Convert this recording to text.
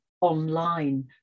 online